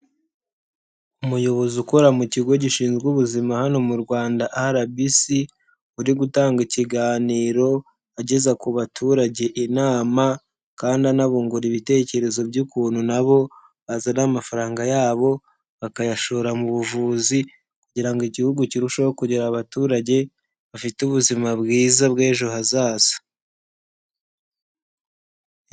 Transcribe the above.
Umuyobozi ukora mu kigo gishinzwe ubuzima hano mu Rwanda RBC, uri gutanga ikiganiro ageza ku baturage inama kandi anabungura ibitekerezo by'ukuntu nabo bazana amafaranga yabo bakayashora mu buvuzi kugira ngo igihugu kirusheho kugira abaturage bafite ubuzima bwiza bw'ejo hazaza.